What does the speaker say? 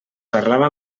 parlava